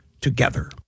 together